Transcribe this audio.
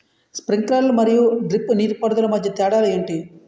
Sprinkler మరియు drip నీటిపారుదల మధ్య తేడాలు ఏంటి?